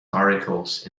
articles